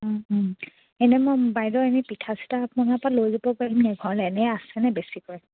এনেই মই বাইদেউ এনেই পিঠা চিঠা আপোনাৰ পৰা লৈ যাব পাৰিমনি ঘৰলৈ এনেই আছেনে বেছিকৈ